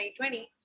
2020